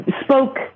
spoke